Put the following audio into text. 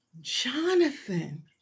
Jonathan